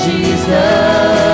Jesus